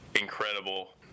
incredible